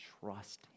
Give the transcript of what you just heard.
trust